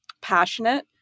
passionate